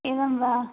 एवं वा